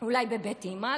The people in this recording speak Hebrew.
אולי בבית אימא,